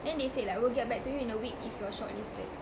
then they said like we'll get back to you in a week if you're shortlisted